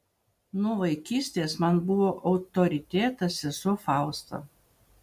nuo vaikystės man buvo autoritetas sesuo fausta